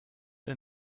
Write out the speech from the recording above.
eux